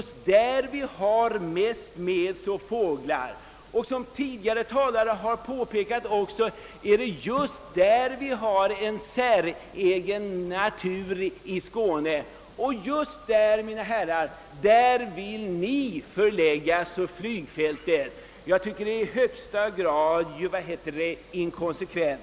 Som tidigare talare påpekat, är det just i dessa trakter vi har en natur lämpad för fritid, och just dit, mina herrar, vill ni förlägga flygfältet. Jag tycker att det är i högsta grad anmärkningsvärt.